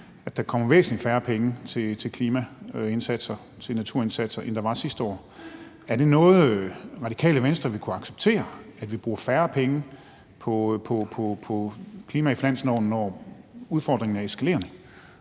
om der kommer væsentlig færre penge til klimaindsatser og til naturindsatser, end der var sidste år. Er det noget, Radikale Venstre vil kunne acceptere, altså at vi bruger færre penge på klimaet i finansloven, når udfordringen er eskalerende?